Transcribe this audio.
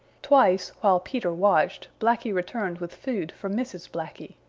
twice, while peter watched, blacky returned with food for mrs. blacky.